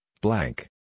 blank